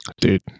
Dude